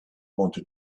wanted